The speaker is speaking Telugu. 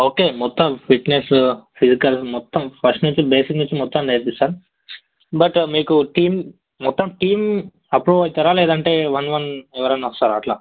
ఓకే మొత్తం ఫిట్నెస్ ఫిజికల్ మొత్తం ఫస్ట్ నుంచి బేసిక్ నుంచి మొత్తం నేర్పిస్తాం బట్ మీకు టీమ్ మొత్తం టీమ్ అప్రూవ్ అవుతారా లేదంటే వన్ వన్ ఎవరన్నా వస్తారా అట్లా